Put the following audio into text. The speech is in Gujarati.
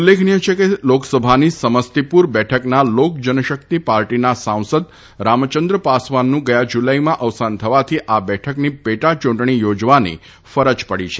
ઉલ્લેખનીય છે કે લાક્કસભાની સમાહ્તિપુર બેઠકના લાક્કજનશાક્તિ પાર્ટીના સાંસદ રામચંદ્ર પાસવાનનું ગયા જુલાઇમાં અવસાન થવાથી આ બેઠકની પેટાયૂંટણી યાજવાની ફરજ પડી છે